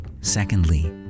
Secondly